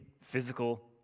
physical